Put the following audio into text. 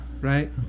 right